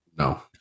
No